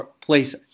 place –